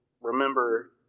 remember